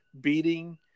beating